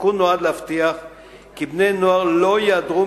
התיקון נועד להבטיח כי בני-נוער לא ייעדרו